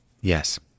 yes